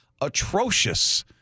atrocious